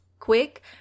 quick